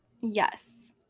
yes